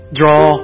draw